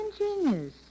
ingenious